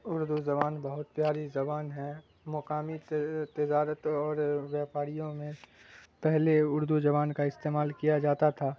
اردو زبان بہت پیاری زبان ہے مقامی تجارت اور ویاپاریوں میں پہلے اردو زبان کا استعمال کیا جاتا تھا